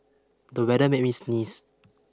the weather made me sneeze